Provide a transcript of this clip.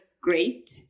great